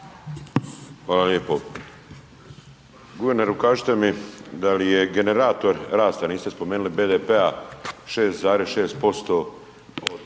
Hvala lijepo. Guverneru kažite mi da li je generator rasta, niste spomenuli BDP-a 6,6% od